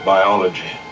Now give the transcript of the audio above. Biology